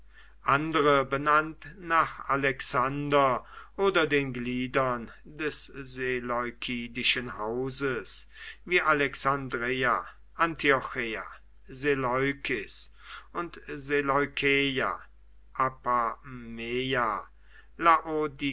andere benannt nach alexander oder den gliedern des seleukidischen hauses wie alexandreia antiocheia seleukis und seleukeia apameia